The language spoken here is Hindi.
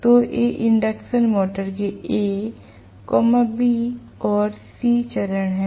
तो ये इंडक्शन मोटर के a b और c चरण हैं